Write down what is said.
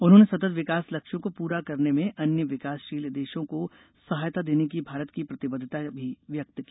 उन्होंने सतत विकास लक्ष्यों को पूरा करने में अन्य विकासशील देशों को सहायता देने की भारत की प्रतिबद्धता भी व्यक्त की